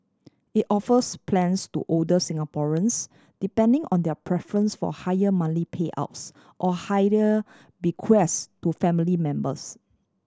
it offers plans to older Singaporeans depending on their preference for higher monthly payouts or higher bequest to family members